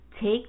Take